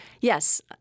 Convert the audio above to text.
Yes